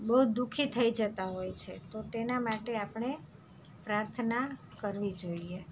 બહુ દુ ખી થઈ જતાં હોઈ છી તો તેના માટે આપણે પ્રાર્થના કરવી જોઈએ